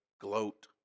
gloat